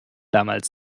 damals